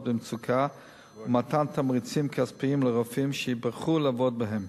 במצוקה ומתן תמריצים כספיים לרופאים שיבחרו לעבוד בהם.